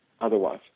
otherwise